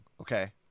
Okay